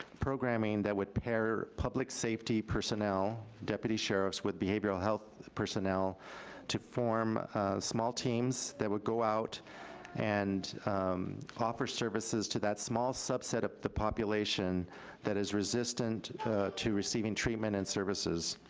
programming that would pair public safety personnel, deputy sheriffs, with behavioral health personnel to form small teams that would go out and offer services to that small subset of the population that is resistant to receiving treatment and services.